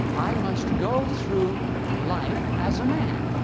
i must go through life as a man.